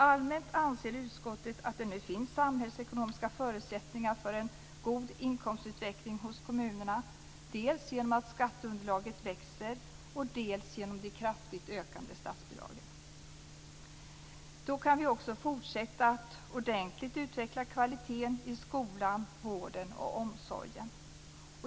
Allmänt anser utskottet att det nu finns samhällsekonomiska förutsättningar för en god inkomstutveckling hos kommunerna dels genom att skatteunderlaget växer, dels genom det kraftigt ökande statsbidragen. Då kan vi också fortsätta att ordentligt utveckla kvaliteten i skolan, vården och omsorgen.